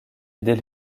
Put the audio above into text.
aider